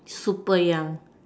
super young